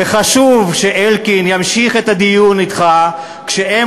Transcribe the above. וחשוב שאלקין ימשיך את הדיון אתך כשהם